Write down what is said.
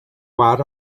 out